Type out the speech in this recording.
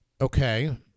Okay